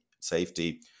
safety